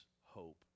hope